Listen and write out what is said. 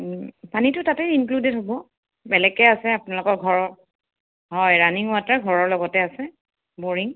পানীটো তাতেই ইনক্লিউদেড হ'ব বেলেগকে আছে আপোনালোকৰ ঘৰৰ হয় ৰাণিং ৱাটাৰ ঘৰৰ লগতেই আছে ব'ৰিং